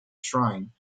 shrine